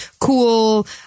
cool